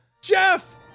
Jeff